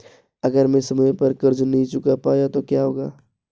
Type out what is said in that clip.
अगर मैं समय पर कर्ज़ नहीं चुका पाया तो क्या होगा?